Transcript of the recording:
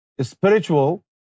spiritual